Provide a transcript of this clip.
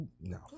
No